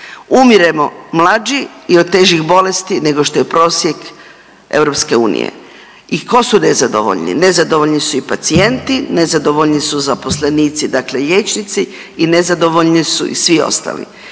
Umiremo mlađi i od težih bolesti nego što je prosjek EU. I tko su nezadovoljni? Nezadovoljni su i pacijenti, nezadovoljni su zaposlenici, dakle liječnici i nezadovoljni su i svi ostali.